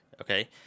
okay